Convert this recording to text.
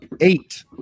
eight